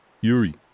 Yuri